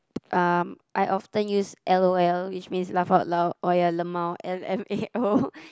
um I often use L_O_L which means laugh out loud or ya lmao L_M_A_O